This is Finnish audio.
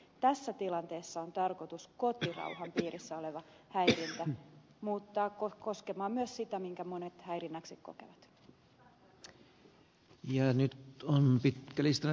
tässä tilanteessa on tarkoitus kotirauhan piirissä oleva häirintä muuttaa koskemaan myös sitä minkä monet häirinnäksi kokevat